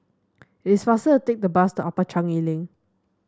it's faster to take the bus to Upper Changi Link